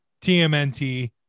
TMNT